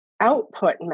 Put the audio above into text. output